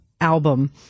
Album